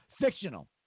Fictional